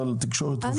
אבל תקשורת חופשית.